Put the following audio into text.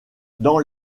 dans